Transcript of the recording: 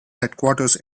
headquarters